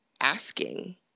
Asking